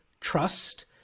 trust